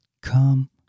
come